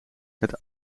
het